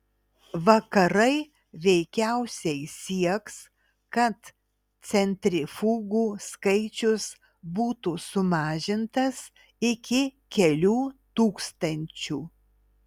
vakarai veikiausiai sieks kad centrifugų skaičius būtų sumažintas iki kelių tūkstančių